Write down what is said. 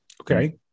okay